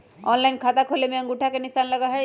Online खाता खोले में अंगूठा के निशान लगहई?